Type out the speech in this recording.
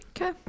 Okay